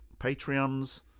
Patreons